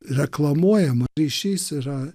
reklamuojama ryšys yra